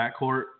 backcourt